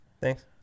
Thanks